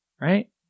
right